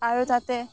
আৰু তাতে